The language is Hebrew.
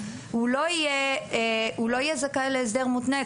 לא יהיה זכאי להסדר מותנה.